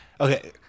Okay